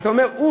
אתה אומר: הוא,